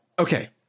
Okay